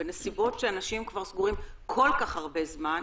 בנסיבות שאנשים סגורים כל כך הרבה זמן,